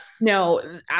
no